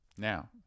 now